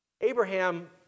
Abraham